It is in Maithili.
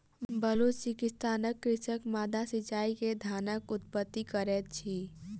बलुचिस्तानक कृषक माद्दा सिचाई से धानक उत्पत्ति करैत अछि